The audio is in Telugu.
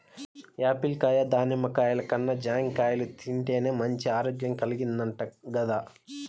యాపిల్ కాయ, దానిమ్మ కాయల కన్నా జాంకాయలు తింటేనే మంచి ఆరోగ్యం కల్గిద్దంట గదా